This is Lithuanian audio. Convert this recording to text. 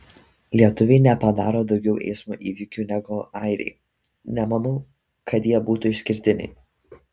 lietuviai nepadaro daugiau eismo įvykių negu airiai nemanau kad jie būtų išskirtiniai